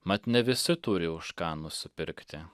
mat ne visi turi už ką nusipirkti